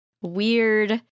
weird